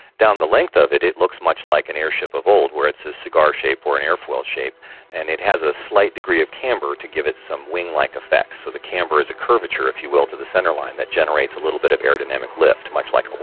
down the length of it, it looks much like an airship of old, where it's a cigar shape or an airfoil shape and it has a slight degree of camber to give it some wing-like effect. so the camber is a curvature, if you will, to the centre line that generates a little bit of aerodynamic lift, much like a